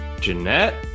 Jeanette